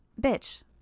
Bitch